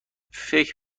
فکر